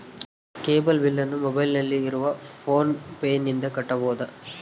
Cable ಬಿಲ್ಲನ್ನು ಮೊಬೈಲಿನಲ್ಲಿ ಇರುವ ಫೋನ್ ಪೇನಿಂದ ಕಟ್ಟಬಹುದಾ?